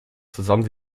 zusammen